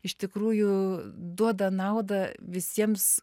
iš tikrųjų duoda naudą visiems